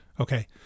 Okay